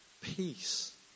peace